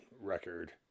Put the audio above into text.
record